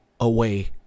away